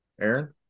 Aaron